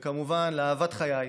וכמובן, לאהבת חיי,